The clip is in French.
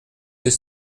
deux